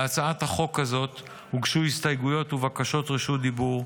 להצעת החוק הזאת הוגשו הסתייגויות ובקשות רשות דיבור.